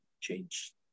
change